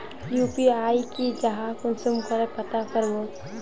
UPI की जाहा कुंसम करे पता करबो?